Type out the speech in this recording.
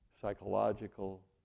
psychological